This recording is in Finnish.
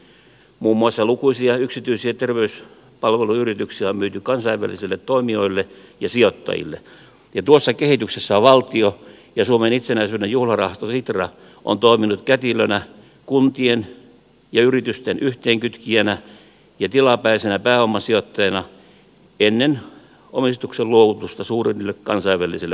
muun muassa lukuisia yksityisiä terveyspalveluyrityksiä on myyty kansainvälisille toimijoille ja sijoittajille ja tuossa kehityksessä valtio ja suomen itsenäisyyden juhlarahasto sitra on toiminut kätilönä kuntien ja yritysten yhteenkytkijänä ja tilapäisenä pääomasijoittajana ennen omistuksen luovutusta suuremmille kansainvälisille palveluketjuille